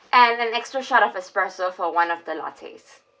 and an extra shot of espresso for one of the lattes